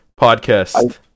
podcast